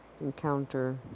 encounter